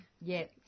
yes